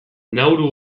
nauru